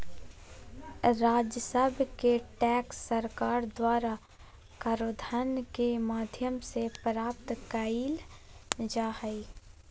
राजस्व के टैक्स सरकार द्वारा कराधान के माध्यम से प्राप्त कइल जा हइ